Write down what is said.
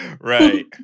Right